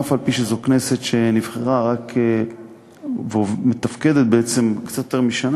אף-על-פי שזאת כנסת שנבחרה ומתפקדת בעצם קצת יותר משנה,